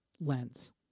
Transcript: lens